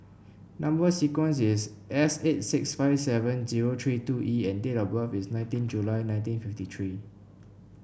number sequence is S eight six five seven zero three two E and date of birth is nineteen July nineteen fifty three